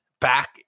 Back